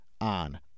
on